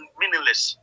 meaningless